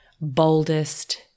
boldest